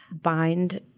bind